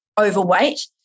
overweight